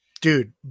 Dude